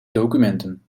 documenten